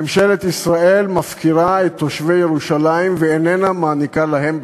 ממשלת ישראל מפקירה את תושבי ירושלים ואינה מעניקה להם ביטחון,